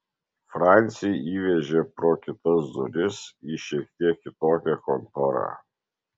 francį įvežė pro kitas duris į šiek tiek kitokią kontorą